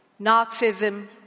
Nazism